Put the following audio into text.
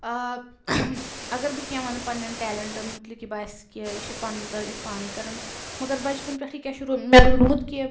ٲں اگر بہٕ کیٚنٛہہ وَنہٕ پَننیٚن ٹیلنٛٹَن متعلق یہِ باسہِ کہِ یہِ چھِ پَنٕنۍ تٔعریٖف پانٔے کران مگر بَچپَن پٮ۪ٹھٔے کیٛاہ چھُ رو مےٚ روٗدمُت کہِ